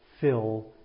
fill